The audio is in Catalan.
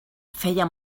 feia